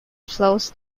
flows